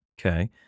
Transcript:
Okay